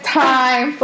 time